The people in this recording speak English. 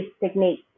technique